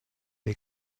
les